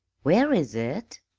where is it?